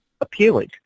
appealing